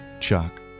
Chuck